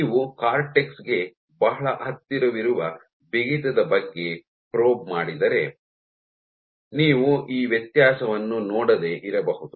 ನೀವು ಕಾರ್ಟೆಕ್ಸ್ ಗೆ ಬಹಳ ಹತ್ತಿರವಿರುವ ಬಿಗಿತದ ಬಗ್ಗೆ ಪ್ರೋಬ್ ಮಾಡಿದರೆ ನೀವು ಈ ವ್ಯತ್ಯಾಸವನ್ನು ನೋಡದೇ ಇರಬಹುದು